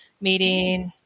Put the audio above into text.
meeting